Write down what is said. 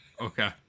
Okay